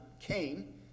Cain